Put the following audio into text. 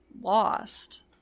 lost